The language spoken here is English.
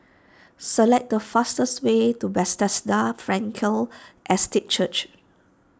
select the fastest way to Bethesda Frankel Estate Church